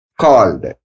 Called